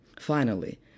Finally